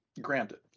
Granted